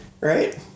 right